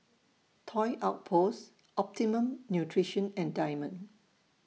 Toy Outpost Optimum Nutrition and Diamond